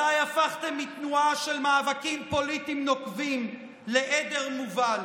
מתי הפכתם מתנועה של מאבקים פוליטיים נוקבים לעדר מובל?